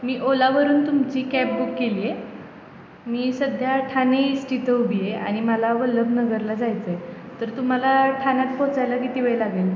मी ओलावरून तुमची cab book केली आहे मी सध्या ठाणे एस्टीत उभी आहे आणि मला वल्लभनगरला जायचं आहे तर तुम्हाला ठाण्यात पोचायला किती वेळ लागेल